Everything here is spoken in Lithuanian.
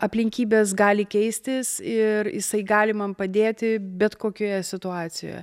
aplinkybės gali keistis ir jisai gali man padėti bet kokioje situacijoje